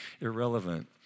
irrelevant